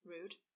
Rude